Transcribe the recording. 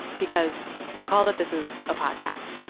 because recall that this is a podcast,